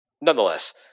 Nonetheless